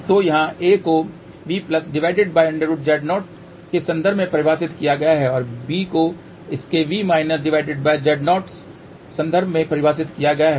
तो यहाँ a को V√Z0 के संदर्भ में परिभाषित किया गया है और b को इसके V−√Z0 संदर्भ में परिभाषित किया गया है